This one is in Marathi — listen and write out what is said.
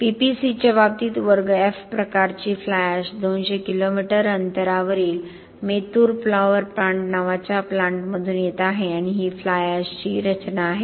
PPC च्या बाबतीत वर्ग F प्रकारची फ्लाय ऍश 200 किलोमीटर अंतरावरील मेत्तूर पॉवर प्लांट नावाच्या प्लांटमधून येत आहे आणि ही फ्लाय ऍशची रचना आहे